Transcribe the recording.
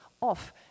off